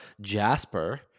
Jasper